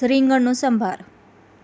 રીંગણનો સંભાર